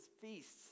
feasts